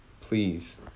Please